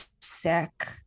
sick